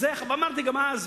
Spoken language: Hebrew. ואמרתי גם אז,